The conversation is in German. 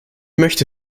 möchte